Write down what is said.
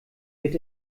wird